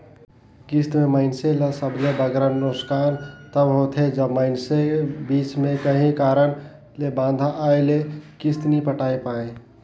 किस्त में मइनसे ल सबले बगरा नोसकान तब होथे जब मइनसे बीच में काहीं कारन ले बांधा आए ले किस्त नी पटाए पाए